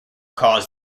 cause